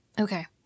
Okay